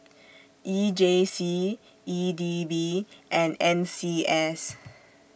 E J C E D B and N C S